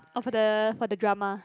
orh for the for the drama